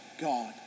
God